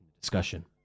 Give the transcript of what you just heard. discussion